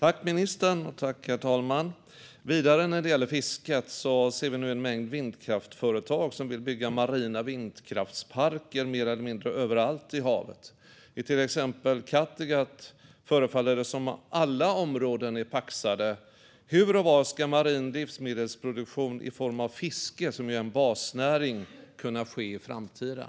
Herr talman! Vidare när det gäller fisket ser vi nu en mängd vindkraftföretag som vill bygga marina vindkraftsparker mer eller mindre överallt i havet. I exempelvis Kattegatt förefaller det som att alla områden är paxade. Hur och var ska marin livsmedelsproduktion i form av fiske, som ju är en basnäring, kunna ske i framtiden?